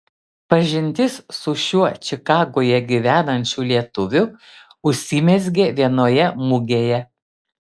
pažintis su šiuo čikagoje gyvenančiu lietuviu užsimezgė vienoje mugėje